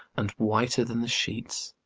and whiter than the sheets!